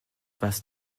was